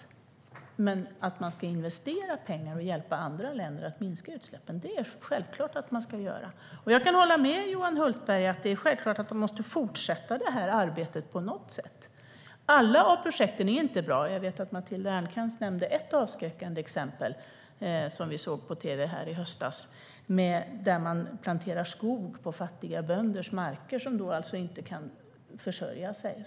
Däremot ska vi självklart investera pengar och hjälpa andra länder att minska utsläppen. Jag kan hålla med Johan Hultberg om att det arbetet måste fortsätta på något sätt. Men alla projekt är inte bra. Matilda Ernkrans tog upp ett avskräckande exempel, som vi kunde se på tv i höstas, där man planterar skog på fattiga bönders mark. Därmed kan bönderna inte försörja sig.